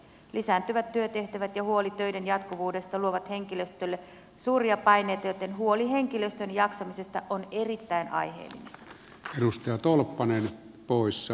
lisääntyvät työtehtävät ja huoli töiden jatkuvuudesta luovat henkilöstölle suuria paineita joten huoli henkilöstön jaksamisesta on erittäin aiheellinen